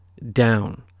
down